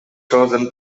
chosen